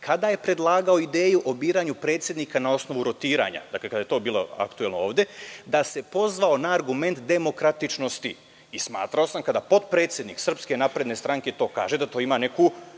kada je predlagao ideju o biranju predsednika na osnovu rotiranja, dakle, kada je to bilo aktuelno ovde, da se pozvao na argument demokratičnosti. Smatrao sam da kada potpredsednik SNS to kaže da to ima neku